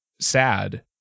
sad